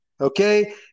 Okay